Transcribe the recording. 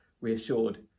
reassured